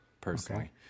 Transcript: personally